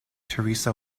teresa